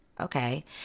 Okay